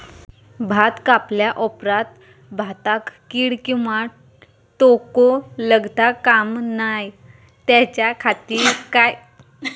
भात कापल्या ऑप्रात भाताक कीड किंवा तोको लगता काम नाय त्याच्या खाती काय करुचा?